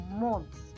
months